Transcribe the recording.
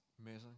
Amazing